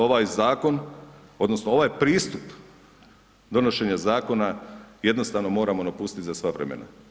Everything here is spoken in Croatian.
Ovaj zakon odnosno ovaj pristup donošenja zakona jednostavno moramo napustiti za sva vremena.